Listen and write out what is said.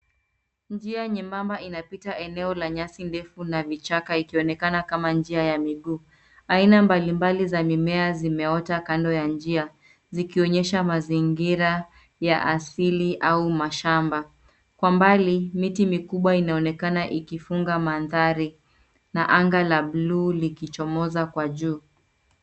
Njia nyembamba inapita eneo la nyasi ndefu na vichaka ikionekana kama njia ya miguu. Aina mbalimbali za mimea zimeota kando ya njia zikionesha mazingira ya asili au mashamba. Kwa mbali miti mikubwa inaonekana ikifunga mandhari na anga la buluu likichomoza kwa juu.